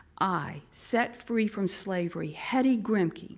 i set free from slavery, hetty grimke,